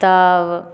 तऽ